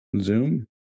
Zoom